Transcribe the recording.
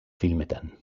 filmetan